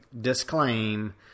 disclaim